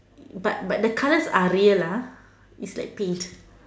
but but the colors are real ah it's like paint